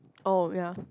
oh ya